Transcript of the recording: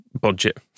budget